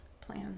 plan